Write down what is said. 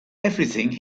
everything